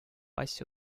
asja